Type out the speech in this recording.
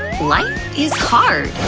life is hard.